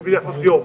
לקבוע יום.